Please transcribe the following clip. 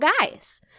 guys